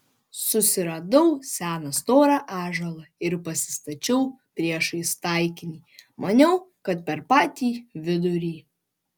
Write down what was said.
susiradau seną storą ąžuolą ir pasistačiau priešais taikinį maniau kad per patį vidurį